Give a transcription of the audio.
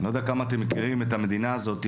אני לא יודע כמה אתם מכירים את המדינה הזאת,